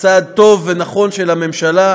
צעד טוב ונכון של הממשלה,